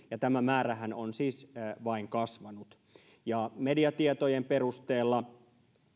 ja tämä määrähän on siis vain kasvanut mediatietojen perusteella